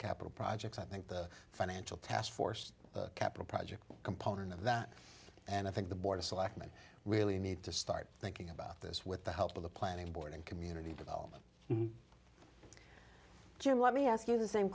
capital projects i think the financial taskforce capital project component of that and i think the board of selectmen really need to start thinking about this with the help of the planning board and community development jim let me ask you the same